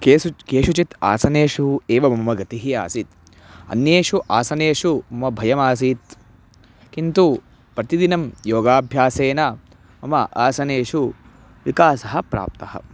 केषु केषुचित् आसनेषु एव म मम गतिः आसीत् अन्येषु आसनेषु मम भयमासीत् किन्तु प्रतिदिनं योगाभ्यासेन मम आसनेषु विकासः प्राप्तः